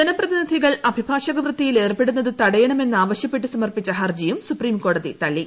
ജനപ്രതിനിധികൾ അഭിഭാഷക വൃത്തിയിൽ ഏർപ്പെടുന്നത് തടയണമെന്ന് ആവശൃപ്പെട്ട് സമർപ്പിച്ച ഹർജിയും സുപ്രിംകോടതി തള്ളി